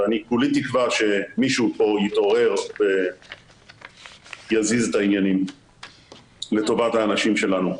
אני כולי תקווה שמישהו פה יתעורר ויזיז את העניינים לטובת האנשים שלנו.